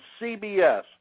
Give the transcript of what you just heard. CBS